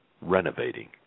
renovating